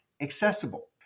accessible